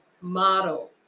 Model